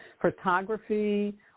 photography